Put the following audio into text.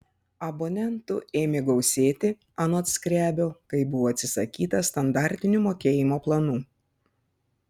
abonentų ėmė gausėti anot skrebio kai buvo atsisakyta standartinių mokėjimo planų